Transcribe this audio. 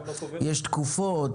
יש תקופות,